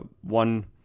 one